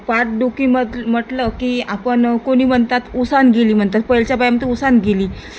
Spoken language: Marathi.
पाठदुखी म्हत म्हटलं की आपण कोणी म्हणतात उसण गेली म्हणतात पहिलीच्या बाया मग ती उसण गेली